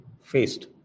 faced